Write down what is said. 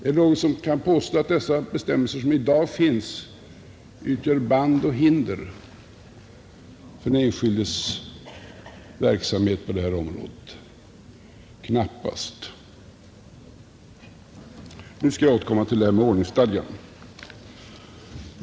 Är det någon som kan påstå att de bestämmelser som i dag finns utgör band och hinder för den enskildes verksamhet på detta område? — Knappast. Jag skall härefter återkomma till frågan om ordningsstadgan.